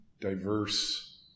diverse